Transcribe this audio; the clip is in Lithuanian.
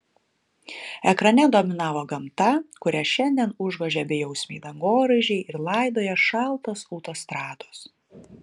ekrane dominavo gamta kurią šiandien užgožia bejausmiai dangoraižiai ir laidoja šaltos autostrados